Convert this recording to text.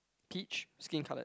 peach skin coloured